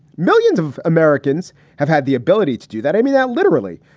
millions of americans have had the ability to do that. i mean that literally.